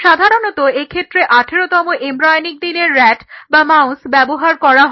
সাধারণত এক্ষেত্রে 18 তম এমব্রায়োনিক দিনের rat বা মাউস ব্যবহার করা হয়